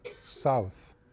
south